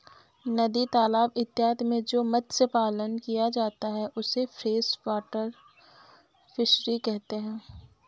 नदी तालाब इत्यादि में जो मत्स्य पालन किया जाता है उसे फ्रेश वाटर फिशरी कहते हैं